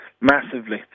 Massively